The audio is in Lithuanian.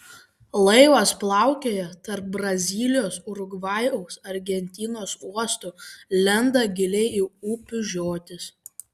laivas plaukioja tarp brazilijos urugvajaus argentinos uostų lenda giliai į upių žiotis